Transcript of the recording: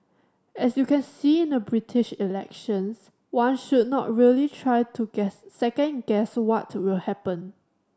as you can see in the British elections one should not really try to guess second guess what will happen